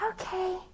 Okay